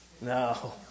No